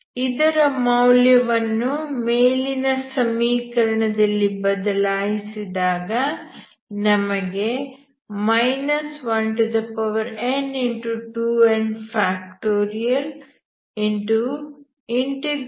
ಇದರ ಮೌಲ್ಯವನ್ನು ಮೇಲಿನ ಸಮೀಕರಣದಲ್ಲಿ ಬದಲಾಯಿಸಿದಾಗ ನಮಗೆ n 2n